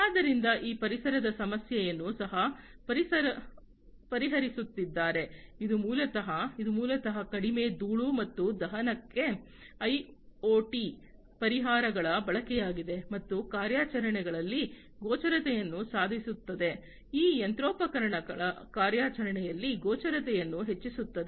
ಆದ್ದರಿಂದ ಅವರು ಪರಿಸರದ ಸಮಸ್ಯೆಯನ್ನು ಸಹ ಪರಿಹರಿಸುತ್ತಿದ್ದಾರೆ ಇದು ಮೂಲತಃ ಇದು ಮೂಲತಃ ಕಡಿಮೆ ಧೂಳು ಮತ್ತು ದಹನಕ್ಕೆ ಐಒಟಿ ಪರಿಹಾರಗಳ ಬಳಕೆಯಾಗಿದೆ ಮತ್ತು ಕಾರ್ಯಾಚರಣೆಗಳಲ್ಲಿ ಗೋಚರತೆಯನ್ನು ಸುಧಾರಿಸುತ್ತದೆ ಈ ಯಂತ್ರೋಪಕರಣಗಳ ಕಾರ್ಯಾಚರಣೆಯಲ್ಲಿ ಗೋಚರತೆಯನ್ನು ಹೆಚ್ಚಿಸುತ್ತದೆ